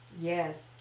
Yes